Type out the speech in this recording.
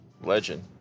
legend